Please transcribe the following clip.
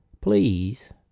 please